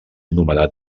nomenat